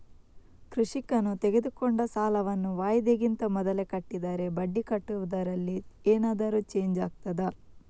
ಕೃಷಿಕನು ತೆಗೆದುಕೊಂಡ ಸಾಲವನ್ನು ವಾಯಿದೆಗಿಂತ ಮೊದಲೇ ಕಟ್ಟಿದರೆ ಬಡ್ಡಿ ಕಟ್ಟುವುದರಲ್ಲಿ ಏನಾದರೂ ಚೇಂಜ್ ಆಗ್ತದಾ?